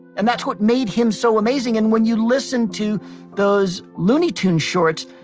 and that's what made him so amazing, and when you listen to those looney tunes shorts,